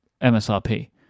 MSRP